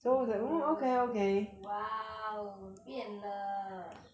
oo !wow! 变了